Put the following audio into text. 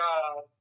God